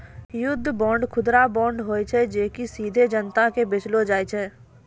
युद्ध बांड, खुदरा बांड होय छै जे कि सीधे जनता के बेचलो जाय छै